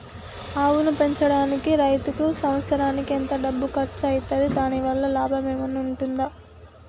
ఆవును పెంచడానికి రైతుకు సంవత్సరానికి ఎంత డబ్బు ఖర్చు అయితది? దాని వల్ల లాభం ఏమన్నా ఉంటుందా?